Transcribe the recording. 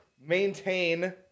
Maintain